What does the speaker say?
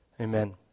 amen